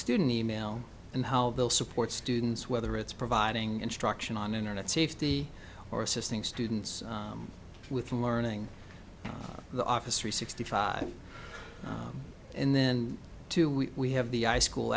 student e mail and how they'll support students whether it's providing instruction on internet safety or assisting students with learning the officer sixty five and then two we have the i school